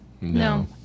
No